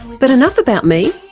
but enough about me,